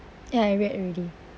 ya I read already